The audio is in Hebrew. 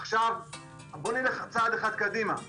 עכשיו בואו נלך צעד אחד קדימה.